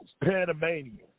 Panamanian